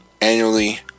annually